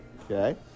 okay